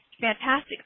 fantastic